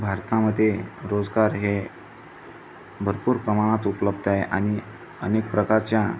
भारतामध्ये रोजगार हे भरपूर प्रमाणात उपलब्ध आहे आणि अनेक प्रकारच्या